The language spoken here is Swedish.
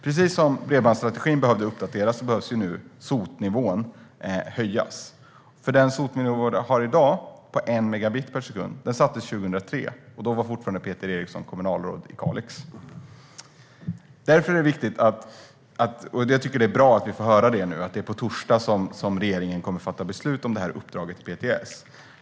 Precis som bredbandsstrategin behövde uppdateras behöver nu SOT-nivån höjas. Den SOT-nivå på en megabit per sekund som vi har i dag sattes 2003. Då var fortfarande Peter Eriksson kommunalråd i Kalix. Jag tycker att det är bra att vi nu får höra att det är på torsdag som regeringen kommer att fatta beslut om det här uppdraget till PTS.